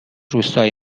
روستای